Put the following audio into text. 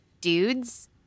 dudes